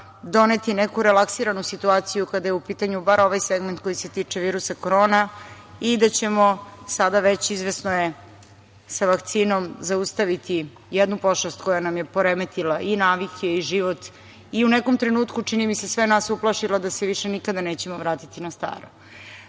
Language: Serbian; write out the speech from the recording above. doneti neku relaksiranu situaciju kada je u pitanju bar ovaj segment koji se tiče virusa korona, i da ćemo, sada već, izvesno je, sa vakcinom zaustaviti jednu pošast koja nam je poremetila i navike i život, i u nekom trenutku čini mi se, sve nas uplašila da se više nikada nećemo vratiti na